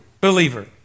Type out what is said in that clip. believer